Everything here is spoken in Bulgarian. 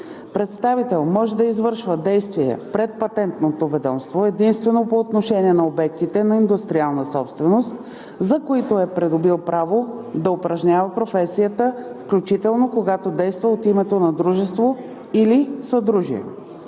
Представител може да извършва действия пред Патентното ведомство единствено по отношение на обектите на индустриална собственост, за които е придобил право да упражнява професията, включително когато действа от името на дружество или съдружие.